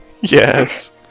Yes